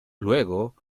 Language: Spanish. luego